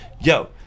Yo